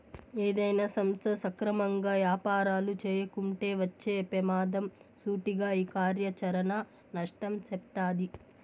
ఏదైనా సంస్థ సక్రమంగా యాపారాలు చేయకుంటే వచ్చే పెమాదం సూటిగా ఈ కార్యాచరణ నష్టం సెప్తాది